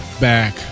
back